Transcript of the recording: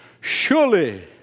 Surely